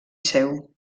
seu